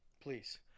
Please